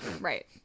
right